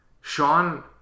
Sean